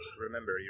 Remember